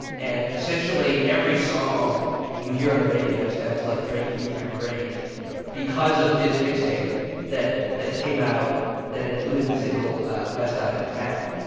and essentially, every song you hear on the radio sounds like drake featuring drake because of this mixtape that that came out that included the single best i ever had,